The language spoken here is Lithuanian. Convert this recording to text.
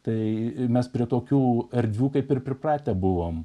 tai mes prie tokių erdvių kaip ir pripratę buvome